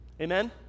Amen